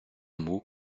mot